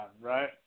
Right